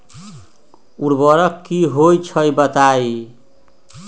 उर्वरक की होई छई बताई?